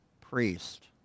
priest